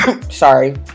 sorry